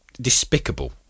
despicable